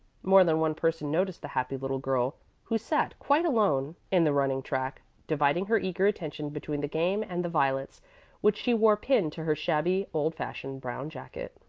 more than one person noticed the happy little girl who sat quite alone in the running track, dividing her eager attention between the game and the violets which she wore pinned to her shabby, old-fashioned brown jacket.